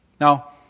Now